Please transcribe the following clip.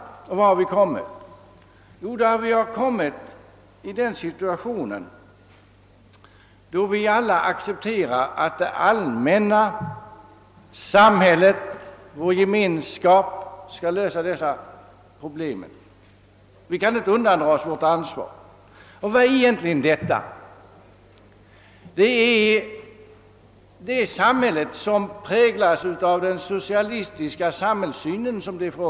Jo, vi har kommit i den situationen att vi alla accepterar att det allmänna, samhället, vår gemenskap skall lösa dessa problem. Vi kan inte undandra oss vårt ansvar. Och vad är egentligen detta? Det är det samhälle som präglas av den socialistiska samhällssynen.